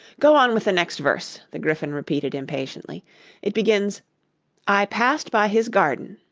go on with the next verse the gryphon repeated impatiently it begins i passed by his garden.